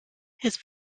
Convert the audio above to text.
his